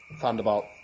thunderbolt